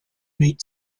meet